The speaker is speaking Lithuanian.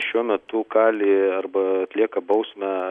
šiuo metu kali arba atlieka bausmę